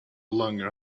longer